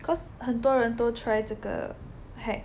cause 很多人都 try 这个 hack